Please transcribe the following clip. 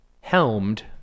helmed